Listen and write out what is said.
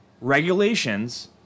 regulations